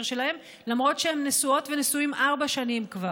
שלהם למרות שהם נשואות ונשואים ארבע שנים כבר.